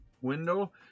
window